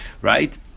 Right